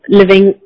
living